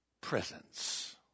presence